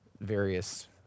various